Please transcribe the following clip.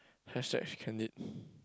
hashtag candid